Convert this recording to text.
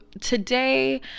today